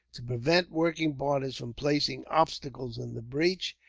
to prevent working parties from placing obstacles in the breach.